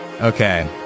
Okay